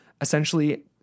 Essentially